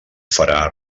farà